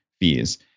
fees